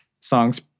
songs